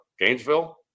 gainesville